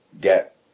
get